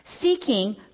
seeking